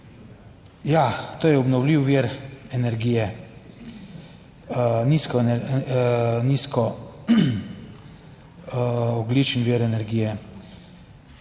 ja, to je obnovljiv vir energije, nizko, nizko, ogljičen vir energije.